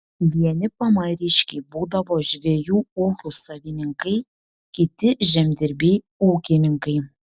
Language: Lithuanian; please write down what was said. vieni pamariškiai būdavo žvejų ūkių savininkai kiti žemdirbiai ūkininkai